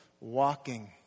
Walking